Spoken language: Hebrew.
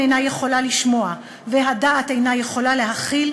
אינה יכולה לשמוע והדעת אינה יכולה להכיל,